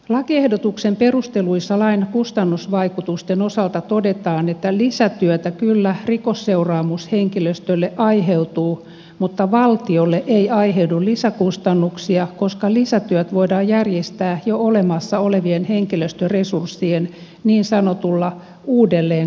lakiehdotuksen perusteluissa lain kustannusvaikutusten osalta todetaan että lisätyötä kyllä rikosseuraamushenkilöstölle aiheutuu mutta valtiolle ei aiheudu lisäkustannuksia koska lisätyöt voidaan järjestää jo olemassa olevien henkilöstöresurssien niin sanotulla uudelleen kohdentamisella